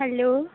hello